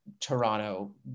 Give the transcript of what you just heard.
toronto